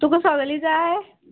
तुका सगले जाय